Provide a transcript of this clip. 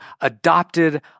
adopted